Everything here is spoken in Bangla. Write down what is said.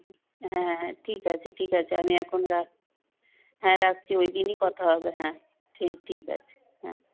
হুম হ্যাঁ হ্যাঁ ঠিক আছে ঠিক আছে আমি এখন রাখ হ্যাঁ রাখছি ওই দিনই কথা হবে হ্যাঁ ঠিক ঠিক আছে হ্যাঁ